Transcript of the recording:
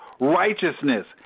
Righteousness